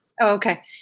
Okay